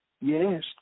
Yes